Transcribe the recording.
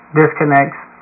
disconnects